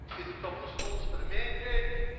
here's a couple of stools for the man cave.